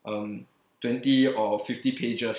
um twenty or fifty pages